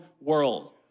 world